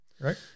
Right